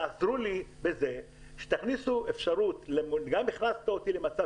תעזרו לי בזה שתכניסו אפשרות כי מה שקרה זה שהכנסת אותי למצב